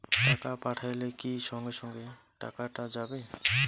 টাকা পাঠাইলে কি সঙ্গে সঙ্গে টাকাটা যাবে?